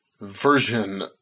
version